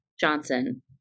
Johnson